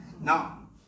now